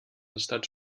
estats